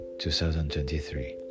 2023